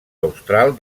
austral